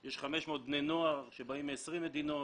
יש 500 בני נוער שבאים מ-20 מדינות